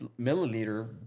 milliliter